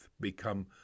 become